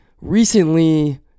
recently